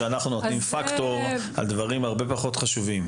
בואי נאמר שאנחנו נותנים פקטור על דברים הרבה פחות חשובים.